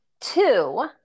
Two